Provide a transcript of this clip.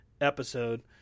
episode